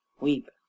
Weep